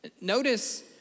Notice